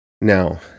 Now